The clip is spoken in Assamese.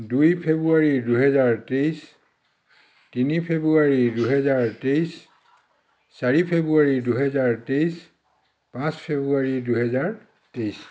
দুই ফেব্ৰুৱাৰী দুহেজাৰ তেইছ তিনি ফেব্ৰুৱাৰী দুহেজাৰ তেইছ চাৰি ফেব্ৰুৱাৰী দুহেজাৰ তেইছ পাঁচ ফেব্ৰুৱাৰী দুহেজাৰ তেইছ